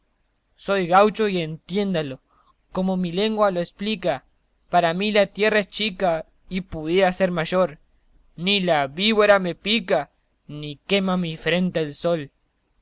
soy gaucho y entiendaló como mi lengua lo esplica para mí la tierra es chica y pudiera ser mayor ni la víbora me pica ni quema mi frente el sol